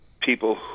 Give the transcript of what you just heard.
people